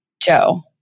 Joe